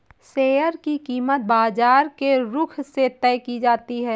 share की कीमत बाजार के रुख से तय की जाती है